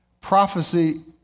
Prophecy